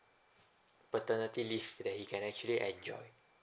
paternity leave that you can actually enjoy